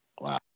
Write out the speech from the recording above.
Wow